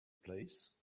place